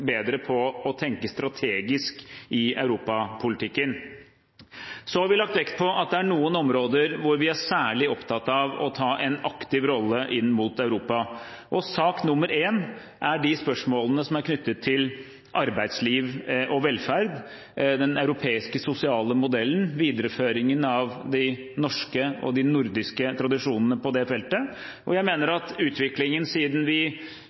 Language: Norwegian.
bedre på å tenke strategisk i europapolitikken. Så har vi lagt vekt på at det er noen områder hvor vi er særlig opptatt av å ta en aktiv rolle inn mot Europa. Sak nr. 1 er de spørsmålene som er knyttet til arbeidsliv og velferd, den europeiske sosiale modellen, og videreføringen av de norske og de nordiske tradisjonene på det feltet. Jeg mener at utviklingen siden vi